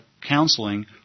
counseling